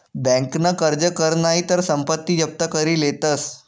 बँकन कर्ज कर नही तर संपत्ती जप्त करी लेतस